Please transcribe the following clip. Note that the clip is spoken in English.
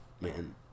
man